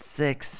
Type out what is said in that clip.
six